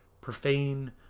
profane